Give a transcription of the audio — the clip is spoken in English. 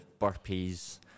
burpees